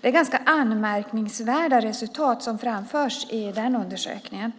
Det är ganska anmärkningsvärda resultat som framförs i den undersökningen.